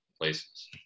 places